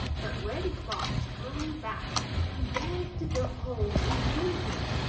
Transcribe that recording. but reddy fox hung back and begged to go home and whimpered.